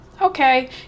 Okay